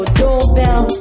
doorbell